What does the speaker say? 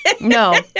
No